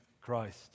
Christ